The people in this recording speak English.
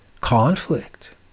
conflict